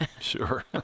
Sure